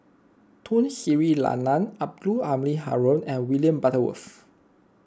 Tun Sri Lanang Abdul Halim Haron and William Butterworth